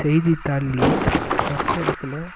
செய்தித்தாள்லேயே கொட்டழுத்தில்